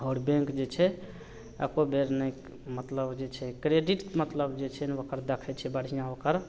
आओर बैँक जे छै एको बेर नहि मतलब जे छै क्रेडिट मतलब जे छै ने ओकर देखै छै बढ़िआँ ओकर